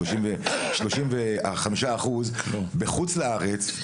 35 אחוז בחוץ לארץ,